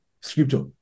scripture